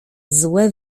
złe